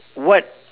what